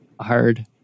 hard